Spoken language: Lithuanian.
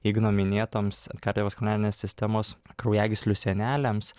igno minėtoms kardiovaskulinės sistemos kraujagyslių sienelėms